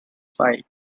fight